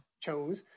chose